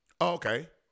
Okay